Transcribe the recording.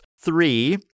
Three